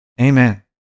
Amen